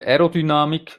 aerodynamik